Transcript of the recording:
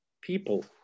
people